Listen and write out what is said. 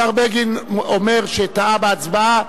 השר בגין אומר שטעה בהצבעה.